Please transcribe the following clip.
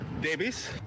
Davis